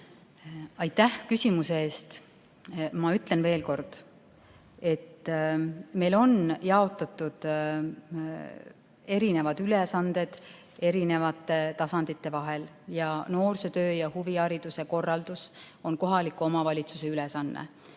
Aitäh küsimuse eest! Ma ütlen veel kord, et meil on eri ülesanded jaotatud eri tasandite vahel. Noorsootöö ja huvihariduse korraldus on kohaliku omavalitsuse ülesanne.